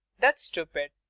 that's stupid.